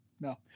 no